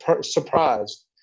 surprised